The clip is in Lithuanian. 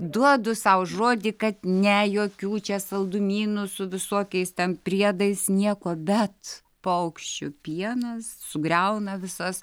duodu sau žodį kad ne jokių čia saldumynų su visokiais ten priedais nieko bet paukščių pienas sugriauna visas